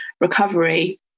recovery